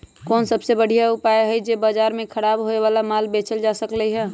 कोन सबसे बढ़िया उपाय हई जे से बाजार में खराब होये वाला माल बेचल जा सकली ह?